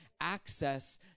access